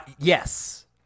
yes